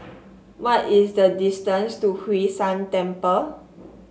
what is the distance to Hwee San Temple